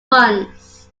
ones